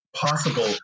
possible